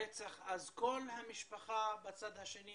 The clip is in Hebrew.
אזרחים קוראים למשטרה לעשות את העבודה שלה,